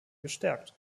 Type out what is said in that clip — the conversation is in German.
gestärkt